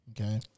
Okay